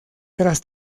tras